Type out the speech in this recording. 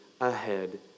ahead